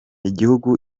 igihugu